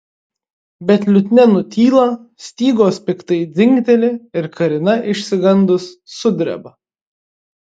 bet liutnia nutyla stygos piktai dzingteli ir karina išsigandus sudreba